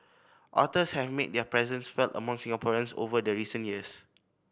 otters have made their presence felt among Singaporeans over the recent years